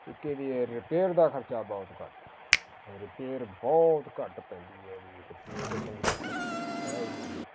ਇੱਕ ਇਸ ਦੀ ਇਹ ਰਿਪੇਅਰ ਦਾ ਖਰਚਾ ਬਹੁਤ ਘੱਟ ਆ ਰਿਪੇਅਰ ਬਹੁਤ ਘੱਟ ਪੈਂਦੀ ਹੈ ਇਸ ਦੀ ਰਿਪੇਅਰ ਤਾਂ ਸਮਝ ਲਓ ਹੈ ਹੀ ਨਹੀਂ ਇੰਨੀ